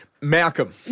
Malcolm